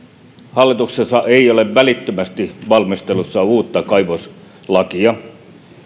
hallituksessa ei ole välittömästi valmistelussa uutta kaivoslakia